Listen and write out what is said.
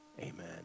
amen